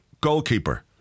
goalkeeper